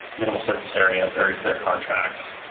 minimal surface area, very clear contracts.